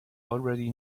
already